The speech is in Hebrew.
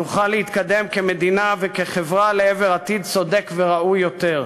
נוכל להתקדם כמדינה וכחברה לעבר עתיד צודק וראוי יותר.